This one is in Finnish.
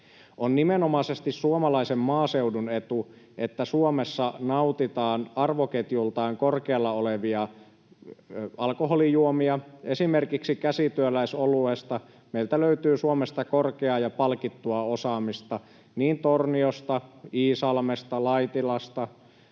On nimenomaisesti suomalaisen maaseudun etu, että Suomessa nautitaan arvoketjultaan korkealla olevia alkoholijuomia. Esimerkiksi käsityöläisoluesta meiltä löytyy Suomesta korkeaa ja palkittua osaamista Torniosta, Iisalmesta, Laitilasta,